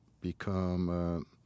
become